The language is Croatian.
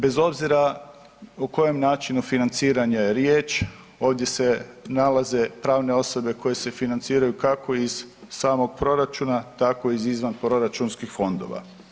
Bez obzira o kojem načinu financiranja je riječ ovdje se nalaze pravne osobe koje se financiraju kako iz samog proračuna tako i iz izvanproračunskih fondova.